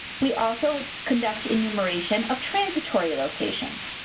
we also conduct enumeration of transitory locations.